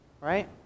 Right